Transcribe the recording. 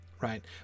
Right